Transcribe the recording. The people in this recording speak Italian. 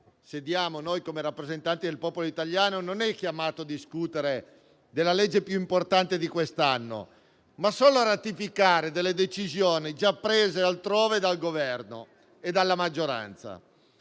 sediamo noi come rappresentanti del popolo italiano è chiamato non a discutere della legge più importante di quest'anno, ma solo a ratificare le decisioni già prese altrove dal Governo e dalla maggioranza.